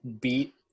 beat